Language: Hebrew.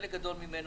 חלק גדול ממנו,